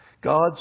God's